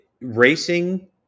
racing